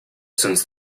since